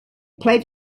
played